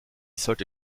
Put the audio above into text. sollte